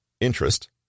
Interest